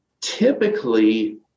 typically